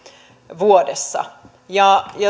vuodessa ja